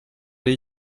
ari